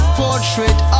portrait